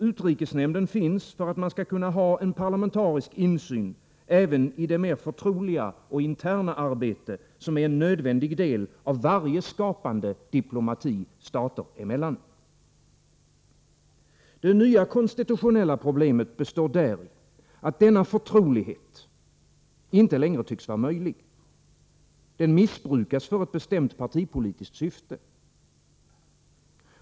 Utrikesnämnden finns för att möjliggöra en parlamentarisk insyn även i det mer förtroliga och interna arbete som är en nödvändig del av varje skapande diplomati stater emellan. Det nya konstitutionella problemet består däri att denna förtrolighet inte längre tycks vara möjlig. Den missbrukas för ett bestämt partipolitiskt syfte.